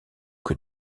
que